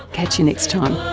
catch you next time